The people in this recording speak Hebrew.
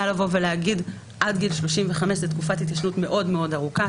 הייתה לבוא ולהגיד עד גיל 35 זאת תקופת התיישנות מאוד מאוד ארוכה,